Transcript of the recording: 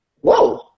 whoa